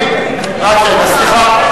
סליחה,